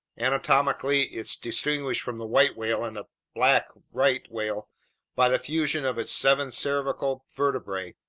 anatomically, it's distinguished from the white whale and the black right whale by the fusion of its seven cervical vertebrae,